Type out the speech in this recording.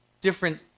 different